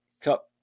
cup